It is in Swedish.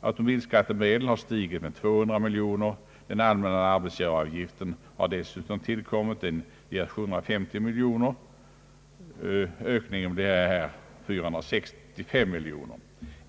Automobilskattemedlen har stigit med 200 miljoner, den allmänna arbetsgivaravgiften har tillkommit och ger 750 miljoner; ökningen blir här 465 miljoner.